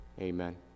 Amen